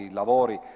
lavori